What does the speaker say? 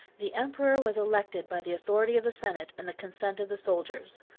the emperor was elected by the authority of the senate, and the consent of the soldiers.